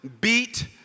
beat